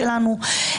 היושב-ראש,